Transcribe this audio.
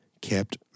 kept